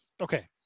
Okay